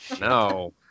No